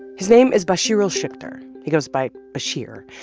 his name is bashirul shikder. he goes by bashir.